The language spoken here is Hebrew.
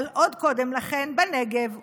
אבל עוד קודם לכן בנגב ובגליל.